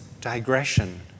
digression